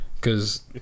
cause